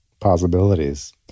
possibilities